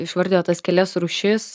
išvardijot tas kelias rūšis